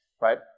right